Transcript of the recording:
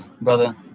brother